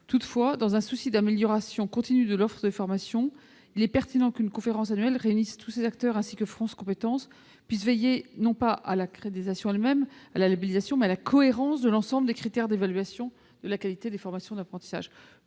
Toutefois, dans un souci d'amélioration continue de l'offre de formation, il est pertinent qu'une conférence annuelle réunisse tous ces acteurs et que France compétences puisse veiller non pas à l'accréditation elle-même ou à la labellisation, mais à la cohérence de l'ensemble des critères d'évaluation de la qualité des formations d'apprentissage.